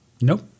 Nope